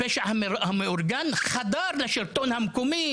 הפשע המאורגן חדר אל השלטון המקומי